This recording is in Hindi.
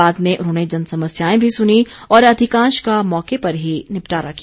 बाद में उन्होंने जनसमस्याएं भी सुनीं और अधिकांश का मौके पर ही निपटारा किया